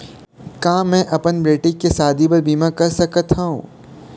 का मैं अपन बेटी के शादी बर बीमा कर सकत हव?